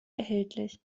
erhältlich